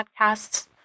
podcasts